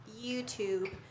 YouTube